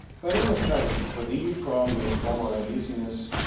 but in the cuddy, relieved from his former uneasiness,